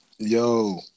Yo